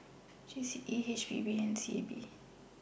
G C E H P B and S E A B